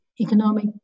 economic